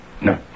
No